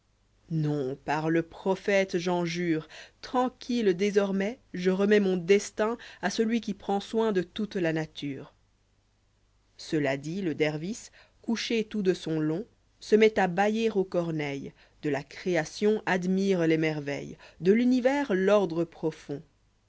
non par le prophète j'en jure tranquille désormais je remets mon destin a celui qui prend soin de toute la nature cela dit le dervis couché tout de son long se met à bayer aux corneilles de la création admire les merveilles de l'univers l'ordre profond